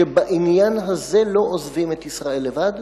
שבעניין הזה לא עוזבים את ישראל לבד,